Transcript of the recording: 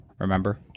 Remember